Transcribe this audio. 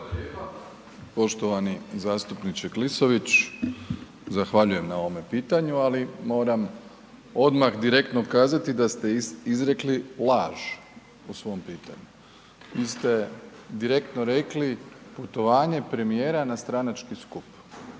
Poštovani zastupniče Klisović. Zahvaljujem na ovome pitanju, ali moram odmah direktno kazati da ste izrekli laž u svom pitanju. Vi ste direktno rekli, putovanje premijera na stranački skup.